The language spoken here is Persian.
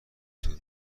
طول